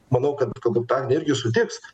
manau kad galbūt agnė irgi sutiks